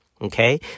okay